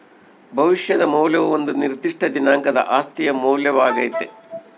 ಭವಿಷ್ಯದ ಮೌಲ್ಯವು ಒಂದು ನಿರ್ದಿಷ್ಟ ದಿನಾಂಕದ ಆಸ್ತಿಯ ಮೌಲ್ಯವಾಗ್ಯತೆ